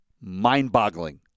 mind-boggling